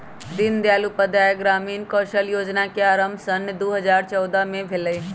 दीनदयाल उपाध्याय ग्रामीण कौशल जोजना के आरम्भ सन दू हज़ार चउदअ से भेलइ